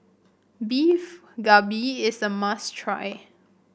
Beef Galbi is a must try